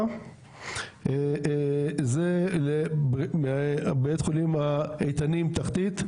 זה לבית החולים האיתנים תחתית,